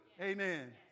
amen